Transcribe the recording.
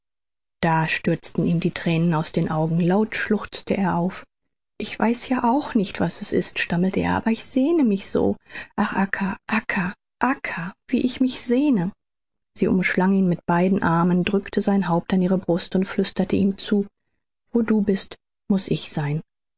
da stürzten ihm die thränen aus den augen laut schluchzte er auf ich weiß ja auch nicht was es ist stammelte er aber ich sehne mich so ach acca acca wie ich mich sehne sie umschlang ihn mit beiden armen drückte sein haupt an ihre brust und flüsterte ihm zu wo du bist muß ich sein